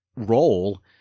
role